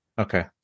Okay